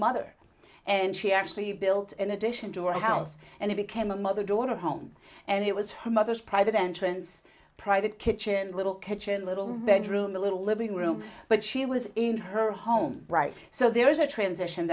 mother and she actually built in addition to her house and it became a mother daughter home and it was her mother's private entrance private kitchen little kitchen little bedroom a little living room but she was in her home right so there is a transition